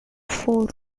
four